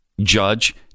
judge